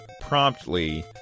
promptly